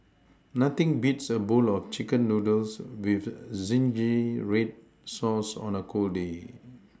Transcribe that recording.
nothing beats a bowl of chicken noodles with zingy red sauce on a cold day